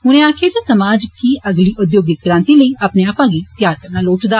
उनें आक्खेआ जे समाज गी अगली उद्योगिक क्रांति लेई अपने आपा गी त्यार करना लोड़चदा